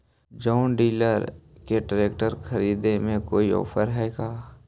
जोन Deere के tractor खरिदे में कोई औफर है का?